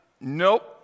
Nope